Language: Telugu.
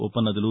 ఉపనదులు